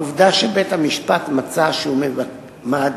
העובדה שבית-המשפט מצא שהוא מעדיף